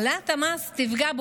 העלאת המס תפגע,